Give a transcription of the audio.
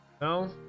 No